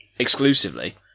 Exclusively